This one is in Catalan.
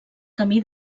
camí